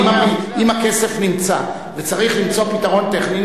כי אם הכסף נמצא וצריך למצוא פתרון טכני,